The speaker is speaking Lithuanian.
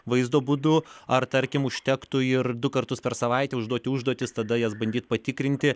vaizdo būdu ar tarkim užtektų ir du kartus per savaitę užduoti užduotis tada jas bandyt patikrinti